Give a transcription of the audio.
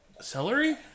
Celery